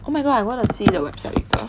oh my god I gonna see the website later